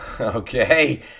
Okay